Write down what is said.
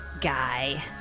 Guy